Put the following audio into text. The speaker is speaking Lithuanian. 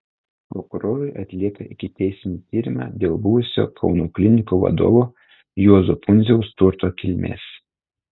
prokurorai atlieka ikiteisminį tyrimą dėl buvusio kauno klinikų vadovo juozo pundziaus turto kilmės